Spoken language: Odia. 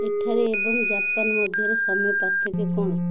ଏଠାରେ ଏବଂ ଜାପାନ ମଧ୍ୟରେ ସମୟ ପାର୍ଥକ୍ୟ କ'ଣ